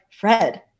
Fred